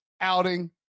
outing